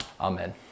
Amen